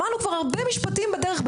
שמענו כבר הרבה משפטים בדרך,